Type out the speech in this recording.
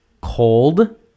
Cold